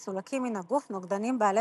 מסולקים מן הגוף נוגדנים בעלי